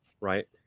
Right